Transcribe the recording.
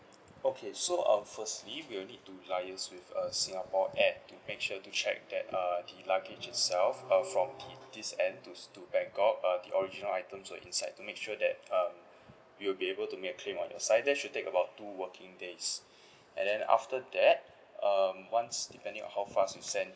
okay so uh firstly we will need to liaise with uh singapore air to make sure to check that uh the luggage itself uh from thi~ this end to s~ to bangkok uh the original items were inside to make sure that um we will be able to make a claim on your side that should take about two working days and then after that um once depending on how fast you send